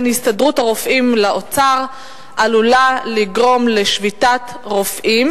הסתדרות הרופאים לאוצר עלולה לגרום לשביתת רופאים,